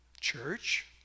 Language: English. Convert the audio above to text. church